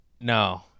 No